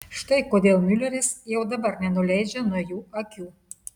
štai kodėl miuleris jau dabar nenuleidžia nuo jų akių